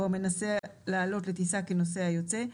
או המנסה לעלות לטיסה כנוסע יוצא,